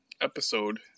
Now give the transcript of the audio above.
episode